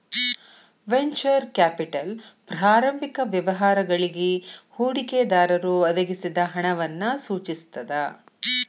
venture capital ಪ್ರಾರಂಭಿಕ ವ್ಯವಹಾರಗಳಿಗಿ ಹೂಡಿಕೆದಾರರು ಒದಗಿಸಿದ ಹಣವನ್ನ ಸೂಚಿಸ್ತದ